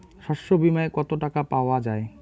শস্য বিমায় কত টাকা পাওয়া যায়?